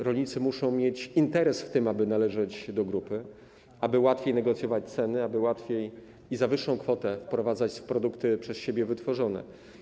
Rolnicy muszą mieć interes w tym, aby należeć do grupy, aby łatwiej negocjować ceny, aby łatwiej i za wyższą kwotę wprowadzać produkty przez siebie wytworzone.